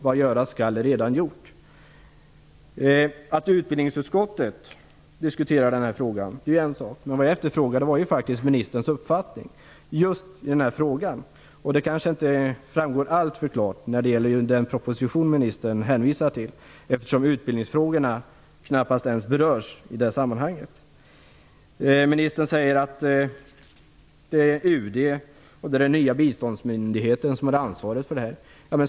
Vad som göras skall är allaredan gjort. Att utbildningsutskottet diskuterar den här frågan är en sak. Men vad jag efterfrågade var ministerns uppfattning i just den här frågan. Det framgår inte alltför klart i den proposition som ministern hänvisar till, eftersom utbildningsfrågorna knappast ens berörs i det sammanhanget. Ministern säger att det är UD och den nya biståndsmyndigheten som är ansvariga för detta.